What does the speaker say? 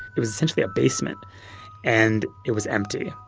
it was essentially a basement and it was empty.